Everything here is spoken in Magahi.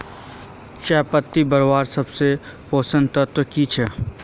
चयपत्ति बढ़वार सबसे पोषक तत्व की छे?